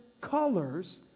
colors